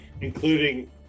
including